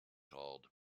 called